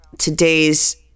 today's